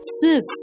Sis